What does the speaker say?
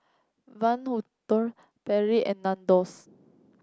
Van Houten Perrier and Nandos